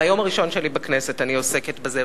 מהיום הראשון שלי בכנסת אני עוסקת בזה,